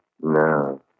No